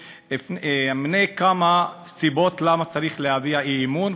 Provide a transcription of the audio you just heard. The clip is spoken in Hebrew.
ואמנה כמה סיבות למה צריך להביע אי-אמון.